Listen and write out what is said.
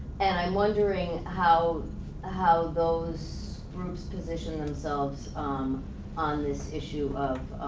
and i'm wondering how how those groups position themselves um on this issue of